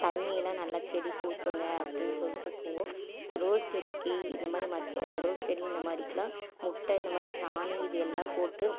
தண்ணியெலாம் நல்லா செடிக்கு ஊற்றுங்க அப்படினு சொல்லிட்டு போவோம் ரோஸ் செடிக்கு இந்த மாதிரி மற்ற ரோஸ் செடி இந்த மாதிரிக்குலாம் முட்டை இந்த மாதிரி சாணி இது எல்லாம் போட்டு